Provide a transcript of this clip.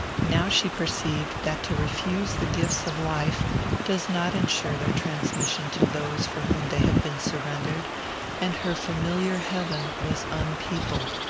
now she perceived that to refuse the gifts of life does not ensure their transmission to those for whom they have been surrendered and her familiar heaven was unpeopled.